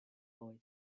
boy